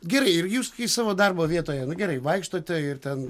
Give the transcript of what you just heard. gerai ir jūs kai savo darbo vietoje nu gerai vaikštote ir ten